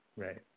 Right